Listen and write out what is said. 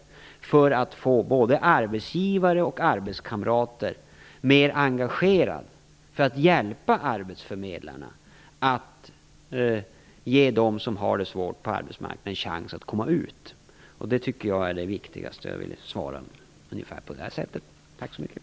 Det gäller att få både arbetsgivare och arbetskamrater mer engagerade för att hjälpa arbetsförmedlarna att ge dem som har det svårt på arbetsmarknaden en chans att komma ut. Det tycker jag är det viktigaste och på det sättet vill jag svara.